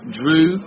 drew